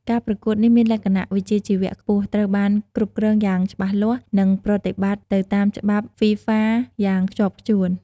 ការប្រកួតនេះមានលក្ខណៈវិជ្ជាជីវៈខ្ពស់ ត្រូវបានគ្រប់គ្រងយ៉ាងច្បាស់លាស់ និងប្រតិបត្តិទៅតាមច្បាប់ FIFA យ៉ាងខ្ជាប់ខ្ជួន។